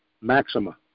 Maxima